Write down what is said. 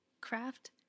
craft